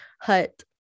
hut